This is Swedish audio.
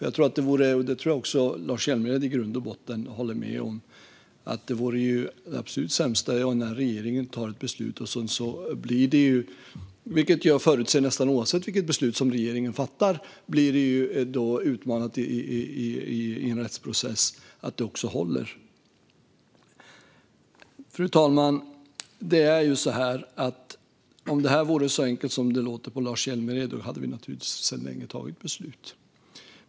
Jag tror att det vore det absolut sämsta om den här regeringen skulle fatta ett beslut som inte håller, och det tror jag att Lars Hjälmered i grund och botten håller med om. Men jag förutser att det blir utmanat i en rättsprocess nästan oavsett vilket beslut regeringen fattar. Fru talman! Om det här vore så enkelt som det låter på Lars Hjälmered hade vi naturligtvis tagit beslut för länge sedan.